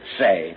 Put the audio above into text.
say